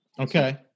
Okay